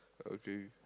okay